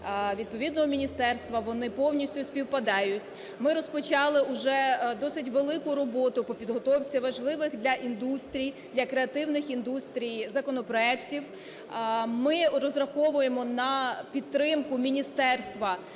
відповідного міністерства, вони повністю співпадають. Ми розпочали уже досить велику роботу по підготовці важливих для індустрій, для креативних індустрій законопроектів. Ми розраховуємо на підтримку Міністерства